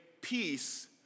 peace